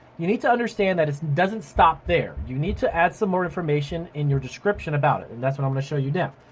you need to understand that it doesn't stop there. you need to add some more information in your description about it. and that's what i'm gonna show you now.